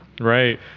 Right